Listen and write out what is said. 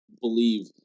believe